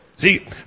See